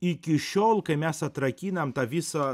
iki šiol kai mes atrakinam tą visą